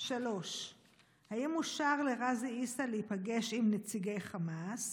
3. האם אושר לע'אזי עיסא להיפגש עם נציגי חמאס?